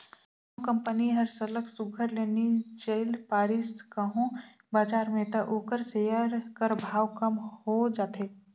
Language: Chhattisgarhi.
कोनो कंपनी हर सरलग सुग्घर ले नी चइल पारिस कहों बजार में त ओकर सेयर कर भाव कम हो जाथे